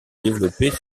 développés